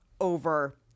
over